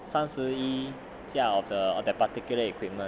三十一架的 particular equipment